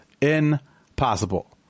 impossible